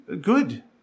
Good